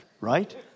right